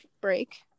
break